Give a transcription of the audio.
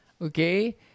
Okay